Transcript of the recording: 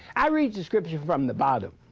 i read the scripture from the bottom.